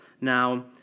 Now